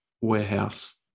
warehouse